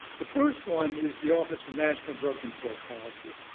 the first one is the office of national drug control policy,